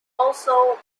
also